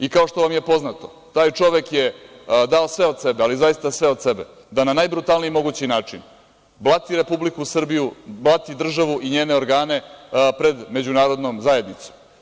I kao što vam je poznato taj čovek je dao sve od sebe, ali zaista sve od sebe da na najbrutalniji mogući način blati Republiku Srbiju, blati državu i njene organe pred međunarodnom zajednicom.